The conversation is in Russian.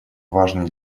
важный